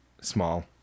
small